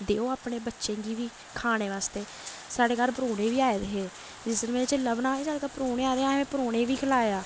देओ अपने बच्चें गी बी खाने बास्तै साढ़े घर परौह्ने बी आए दे हे जिस दिन में चिल्ला बनाया नी साढ़े घर परौह्ने आए दे हे असें परौह्नें गी बी खलाया